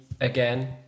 again